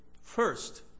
First